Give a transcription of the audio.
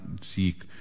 seek